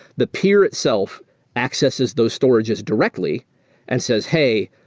the peer itself accesses those storages directly and says, hey,